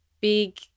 big